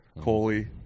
Coley